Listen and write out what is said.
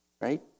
Right